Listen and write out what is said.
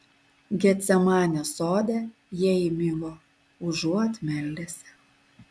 getsemanės sode jie įmigo užuot meldęsi